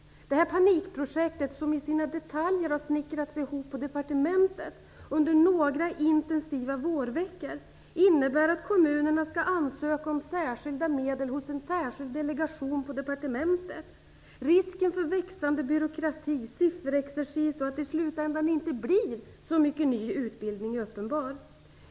Detta panikprojekt, som i sina detaljer har snickrats ihop på departementet under några intensiva vårveckor, innebär att kommunerna skall ansöka om särskilda medel hos en särskild delegation på departementet. Risken för växande byråkrati, sifferexercis och att det i slutändan inte blir så mycket mer utbildning är uppenbar.